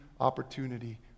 opportunity